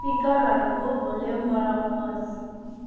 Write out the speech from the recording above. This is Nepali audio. स्पिकरहरूको भोल्यम बढाउनुहोस्